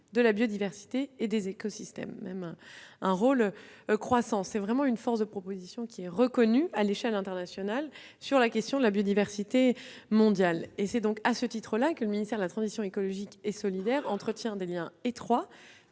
de la biodiversité et des écosystèmes. C'est une force de proposition reconnue à l'échelle internationale en faveur de la protection de la biodiversité mondiale. À ce titre, le ministère de la transition écologique et solidaire entretient des liens étroits,